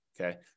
Okay